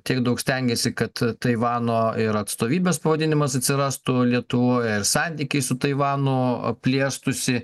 tiek daug stengėsi kad taivano ir atstovybės pavadinimas atsirastų lietuvoje ir santykiai su taivano plėstųsi